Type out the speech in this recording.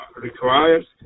requires